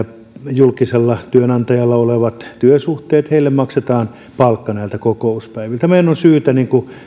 julkisella työnantajalla olevissa työsuhteissa maksetaan palkka näiltä kokouspäiviltä meidän on syytä